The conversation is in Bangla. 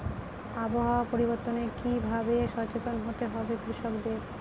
আবহাওয়া পরিবর্তনের কি ভাবে সচেতন হতে হবে কৃষকদের?